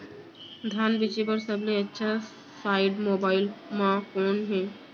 धान बेचे बर सबले अच्छा साइट मोबाइल म कोन हे?